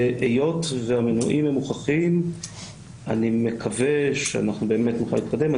היות שהמנועים הם מוכחים אני מקווה שאנחנו באמת נוכל להתקדם.